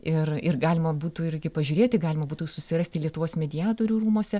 ir ir galima būtų irgi pažiūrėti galima būtų susirasti lietuvos mediatorių rūmuose